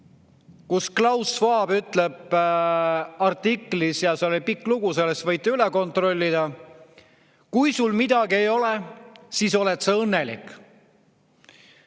kus Klaus Schwab ütles – seal oli pikk lugu sellest, võite üle kontrollida –, et kui sul midagi ei ole, siis oled sa õnnelik.